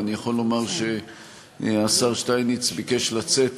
ואני יכול לומר שהשר שטייניץ ביקש לצאת